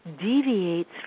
deviates